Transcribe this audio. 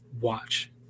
watch